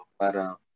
para